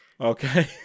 Okay